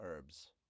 Herbs